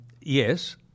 yes